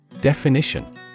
Definition